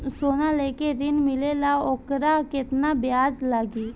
सोना लेके ऋण मिलेला वोकर केतना ब्याज लागी?